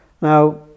Now